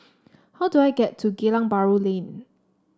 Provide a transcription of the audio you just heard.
how do I get to Geylang Bahru Lane